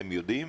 אתם יודעים?